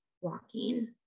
walking